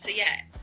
yeah,